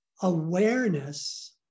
awareness